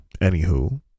anywho